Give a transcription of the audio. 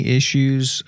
issues